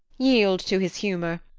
yield to his humour,